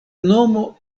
nomo